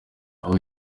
aho